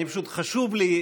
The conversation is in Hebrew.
חשוב לי,